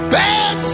bad